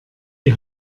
die